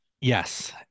Yes